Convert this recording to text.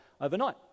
overnight